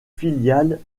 filiale